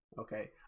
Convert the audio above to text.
Okay